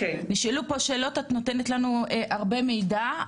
נשאלו פה שאלות, את נותנת לנו הרבה מידע.